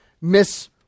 miss